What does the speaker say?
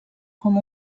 com